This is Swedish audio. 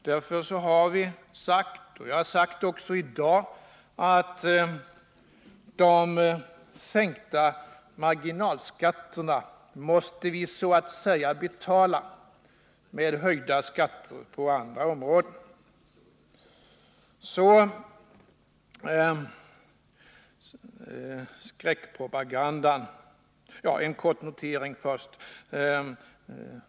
Därför har vi sagt — och jag har gjort det även i dag — att de sänkta marginalskatterna så att säga måste betalas med höjda skatter på andra områden.